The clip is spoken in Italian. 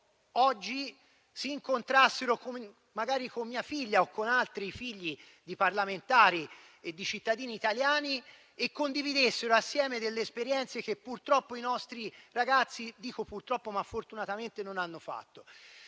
visto si incontrassero magari con mia figlia o con altri figli di parlamentari e di cittadini italiani e condividessero assieme delle esperienze che purtroppo i nostri ragazzi (dico purtroppo, ma fortunatamente) non hanno fatto,